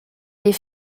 est